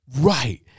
Right